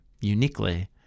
uniquely